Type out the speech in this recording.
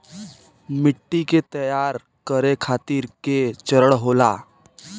मिट्टी के तैयार करें खातिर के चरण होला?